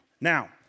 Now